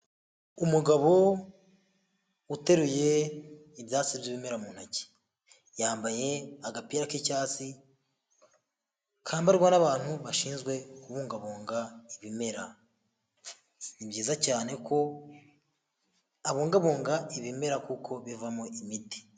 Umugabo uteruye ibyatsi by'ibimera mu ntoki yambaye agapira k'icyatsi kambarwa n'abantu bashinzwe kubungabunga ibimera. Ni byiza cyane ko abungabunga ibimera kuko bivamo imiti.